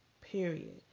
Period